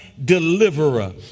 deliverer